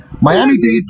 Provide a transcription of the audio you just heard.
miami-dade